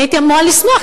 אני הייתי אמורה לשמוח,